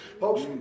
Folks